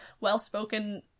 well-spoken